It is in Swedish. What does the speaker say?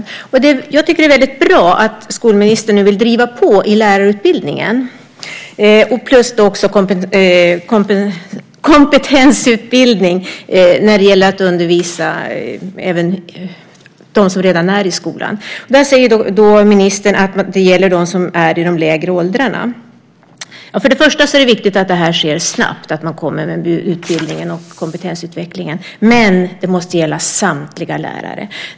Därför tycker jag att det är väldigt bra att skolministern nu vill driva på i lärarutbildningen och även ha kompetensutveckling för dem som redan är i skolan. Här säger ministern att detta gäller dem som undervisar barn i de lägre åldrarna. Först och främst är det viktigt att denna utbildning och kompetensutveckling kommer snabbt, men den måste gälla samtliga lärare.